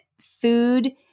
food